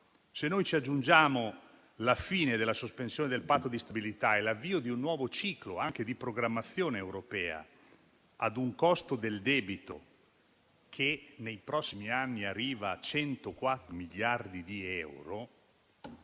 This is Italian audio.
sono i dati. Aggiungiamo la fine della sospensione del Patto di stabilità e l'avvio di un nuovo ciclo di programmazione europea al costo del debito che nei prossimi anni arriverà a 104 miliardi di euro.